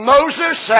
Moses